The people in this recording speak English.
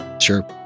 Sure